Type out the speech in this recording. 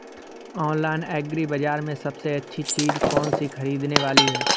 Online agri बाजार में सबसे अच्छी चीज कौन सी ख़रीदने वाली है?